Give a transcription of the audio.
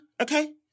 Okay